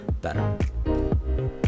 better